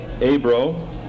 Abro